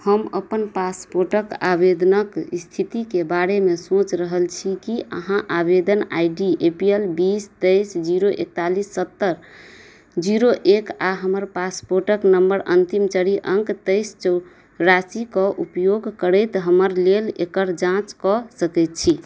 हम अपन पासपोर्टके आवेदनके इस्थितिके बारेमे सोचि रहल छी कि अहाँ आवेदन I D A P L बीस तेइस जीरो एकतालिस सत्तरि जीरो एक आओर हमर पासपोर्टके नम्बर अन्तिम चारि अङ्क तेइस चौरासीके उपयोग करैत हमर लेल एकर जाँच कऽ सकै छी